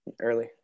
Early